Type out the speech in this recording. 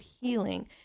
healing